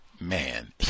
man